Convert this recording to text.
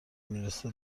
میرسه